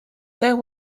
there